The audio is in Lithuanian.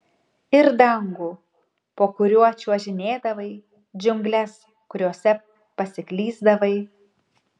ir dangų po kuriuo čiuožinėdavai džiungles kuriose pasiklysdavai